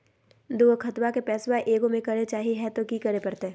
दू गो खतवा के पैसवा ए गो मे करे चाही हय तो कि करे परते?